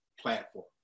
platform